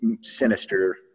sinister